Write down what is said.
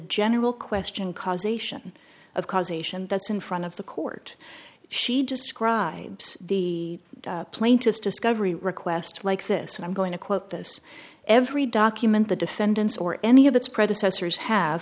general question causation of causation that's in front of the court she describes the plaintiff's discovery request like this and i'm going to quote this every document the defendants or any of its predecessors ha